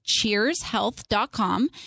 CheersHealth.com